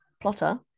plotter